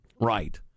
right